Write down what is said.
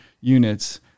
units